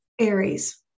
Aries